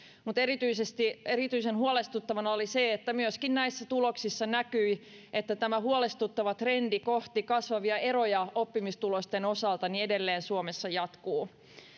mutta erityisen huolestuttavaa oli se että myöskin näissä tuloksissa näkyi että tämä huolestuttava trendi kohti kasvavia eroja oppimistulosten osalta edelleen suomessa jatkuu